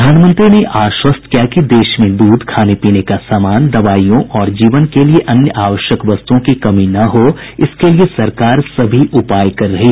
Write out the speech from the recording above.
प्रधानमंत्री ने आश्वस्त किया कि देश में दूध खाने पीने का सामान दवाइयों और जीवन के लिए अन्य आवश्यक वस्तुओ की कमी ना हो इसके लिए सरकार सभी उपाय कर रही है